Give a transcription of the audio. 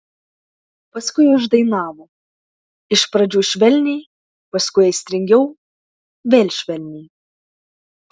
paskui uždainavo iš pradžių švelniai paskui aistringiau vėl švelniai